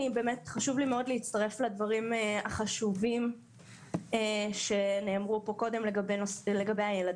חשוב לי מאוד להצטרף לדברים החשובים שנאמרו כאן קודם לגבי הילדים.